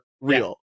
real